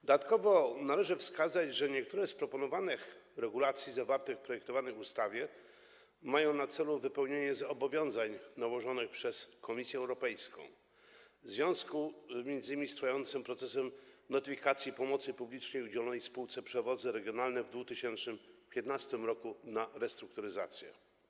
Dodatkowo należy wskazać, że niektóre z proponowanych regulacji zawartych w projektowanej ustawie mają na celu wypełnienie zobowiązań nałożonych przez Komisję Europejską m.in. w związku z trwającym procesem notyfikacji publicznej udzielonej spółce Przewozy Regionalne w 2015 r. na restrukturyzację.